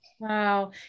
Wow